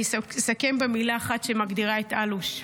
ואני אסכם במילה אחת שמגדירה את אלוש,